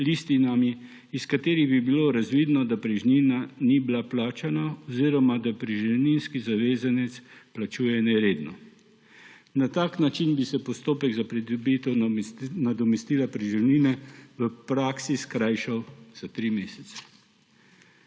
listinami, iz katerih bi bilo razvidno, da preživnina ni bila plačana oziroma da preživninski zavezanec plačuje neredno. Na tak način bi se postopek za pridobitev nadomestila preživnine v praksi skrajšal za tri mesece.